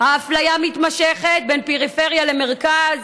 האפליה המתמשכת בין פריפריה למרכז.